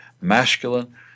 masculine